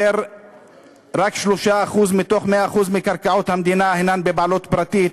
רק 3% מתוך 100% קרקעות המדינה הם בבעלות פרטית,